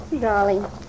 Darling